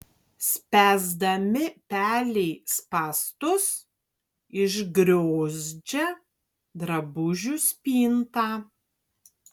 spęsdami pelei spąstus išgriozdžia drabužių spintą